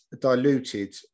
diluted